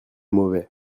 mauvais